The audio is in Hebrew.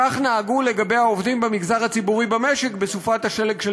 כך נהגו לגבי העובדים במגזר הציבורי במשק בסופת השלג של